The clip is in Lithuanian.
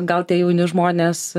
gal tie jauni žmonės